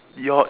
you're